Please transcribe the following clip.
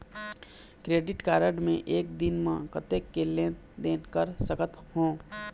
Credit card मे एक दिन म कतक के लेन देन कर सकत हो?